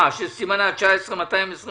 הרשימה שסימנה 19-223-21